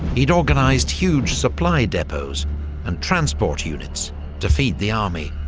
he'd organised huge supply depots and transport units to feed the army.